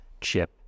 chip